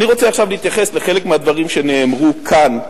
אני רוצה עכשיו להתייחס לחלק מהדברים שנאמרו כאן,